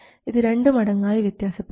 ഇത് രണ്ടു മടങ്ങായി വ്യത്യാസപ്പെടാം